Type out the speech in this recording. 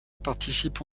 participe